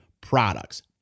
products